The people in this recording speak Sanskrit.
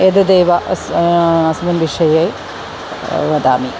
एतदेव अस् अस्मिन् विषये वदामि